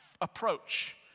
approach